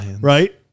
right